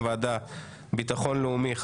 הצעת חוק המאבק בכלי הנשק הבלתי חוקיים (תיקוני חקיקה) (הוראת שעה),